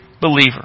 believer